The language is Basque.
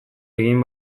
egin